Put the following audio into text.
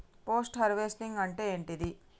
Post harvesting అంటే ఏంటిది?